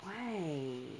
why